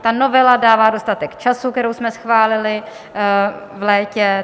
Ta novela dává dostatek času, kterou jsme schválili v létě.